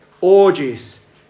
orgies